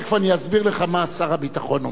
תיכף אני אסביר לך מה שר הביטחון אומר,